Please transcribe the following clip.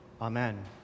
Amen